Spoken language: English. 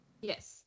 Yes